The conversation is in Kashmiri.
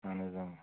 اَہَن حَظ